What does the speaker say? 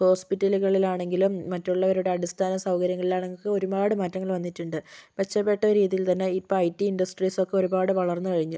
ഹോസ്പിറ്റലുകളിലാണെങ്കിലും മറ്റൊള്ളവരുടെ അടിസ്ഥാന സൗകര്യങ്ങളിലാണെങ്കിലും ഒരുപാട് മാറ്റങ്ങള് വന്നിട്ടുണ്ട് മെച്ചപ്പെട്ട രീതിയില് തന്നെ ഇപ്പം ഐ ടി ഇന്ഡസ്ട്രീസൊക്കെ ഒരുപാട് വളര്ന്നു കഴിഞ്ഞു